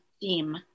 theme